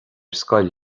scoil